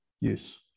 use